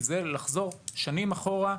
כי זה מחזיר אותנו שנים אחורה.